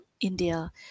India